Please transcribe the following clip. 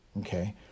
Okay